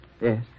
Yes